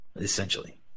Essentially